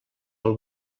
del